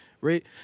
Right